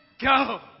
go